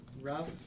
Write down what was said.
rough